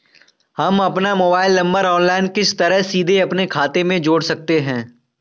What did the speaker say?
हम अपना mobile number online किस तरह सीधे अपने खाते में जोड़ सकते हैं?